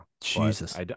Jesus